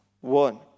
one